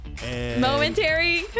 Momentary